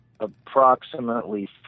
approximately